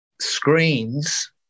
Screens